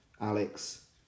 Alex